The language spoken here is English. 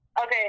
Okay